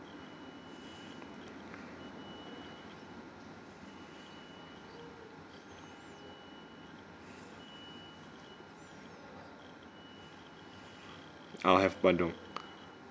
I'll have bandung